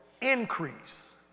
increase